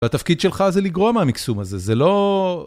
והתפקיד שלך זה לגרום המקסום הזה, זה לא...